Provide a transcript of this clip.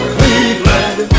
Cleveland